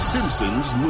Simpsons